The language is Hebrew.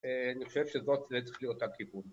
‫אני חושב שזאת זה צריך להיות הכיבוד.